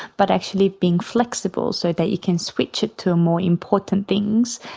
but actually being flexible, so that you can switch it to more important things.